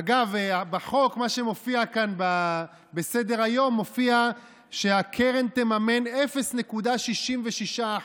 אגב, בחוק, כאן בסדר-היום מופיע שהקרן תממן 0.66%,